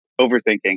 overthinking